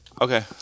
Okay